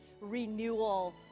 renewal